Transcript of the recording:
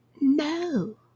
No